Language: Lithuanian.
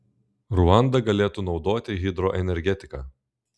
ruanda galėtų naudoti hidroenergetiką